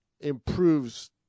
improves